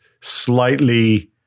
slightly